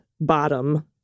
bottom